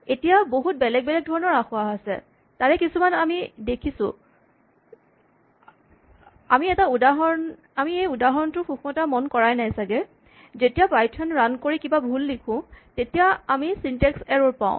এতিয়া বহুত বেলেগ বেলেগ ধৰণৰ আসোঁৱাহ আছে তাৰে কিছুমান আমি দেখিছোঁ আমি এই উদাহৰণটোৰ সূক্ষ্মতা মন কৰা নাই চাগে যেতিয়া পাইথন ৰান কৰি কিবা ভুল লিখো তেতিয়া আমি ছিনটেক্স এৰ'ৰ পাওঁ